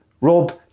Rob